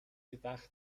gedacht